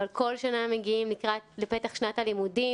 אבל כל שנה מגיעים לפתח שנת הלימודים,